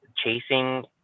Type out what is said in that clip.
Chasing